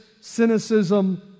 cynicism